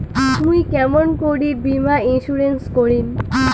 মুই কেমন করি বীমা ইন্সুরেন্স করিম?